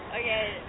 Okay